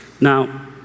Now